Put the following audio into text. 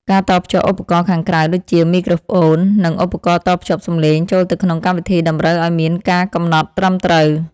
ការតភ្ជាប់ឧបករណ៍ខាងក្រៅដូចជាមីក្រូហ្វូន និង ឧបករណ៍តភ្ជាប់សំឡេងចូលទៅក្នុងកម្មវិធីតម្រូវឱ្យមានការកំណត់ត្រឹមត្រូវ។